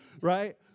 right